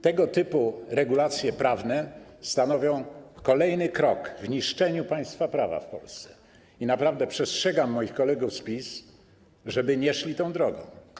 Tego typu regulacje prawne stanowią kolejny krok w niszczeniu państwa prawa w Polsce i naprawdę przestrzegam moich kolegów z PiS, żeby nie szli tą drogą.